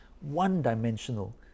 one-dimensional